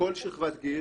בכל שכבת גיל